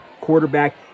quarterback